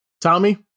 Tommy